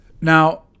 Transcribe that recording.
Now